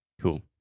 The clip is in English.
Cool